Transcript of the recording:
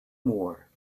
more